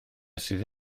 sydd